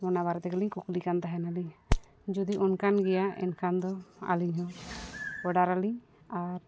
ᱚᱱᱟ ᱵᱟᱨᱮ ᱛᱮᱜᱮᱞᱤᱧ ᱠᱩᱠᱞᱤ ᱠᱟᱱ ᱛᱟᱦᱮᱱᱟᱞᱤᱧ ᱡᱩᱫᱤ ᱚᱱᱠᱟᱱ ᱜᱮᱭᱟ ᱮᱱᱠᱷᱟᱱ ᱫᱚ ᱟᱹᱞᱤᱧᱦᱚᱸ ᱚᱰᱟᱨ ᱟᱹᱞᱤᱧ ᱟᱨ